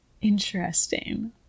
interesting